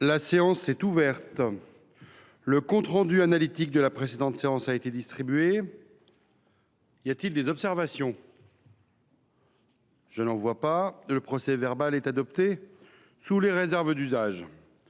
La séance est ouverte. Le compte rendu analytique de la précédente séance a été distribué. Il n’y a pas d’observation ?… Le procès verbal est adopté sous les réserves d’usage.